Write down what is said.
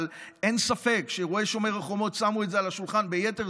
אבל אין ספק שאירועי שומר החומות שמו על השולחן ביתר